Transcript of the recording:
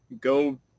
go